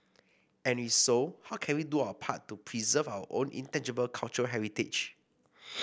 and if so how can we do our part to preserve our own intangible cultural heritage